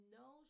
no